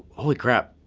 holy crap,